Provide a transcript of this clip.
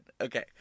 Okay